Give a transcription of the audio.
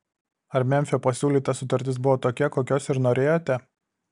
ar memfio pasiūlyta sutartis buvo tokia kokios ir norėjote